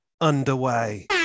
underway